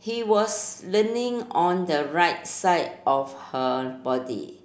he was leaning on the right side of her body